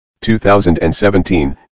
2017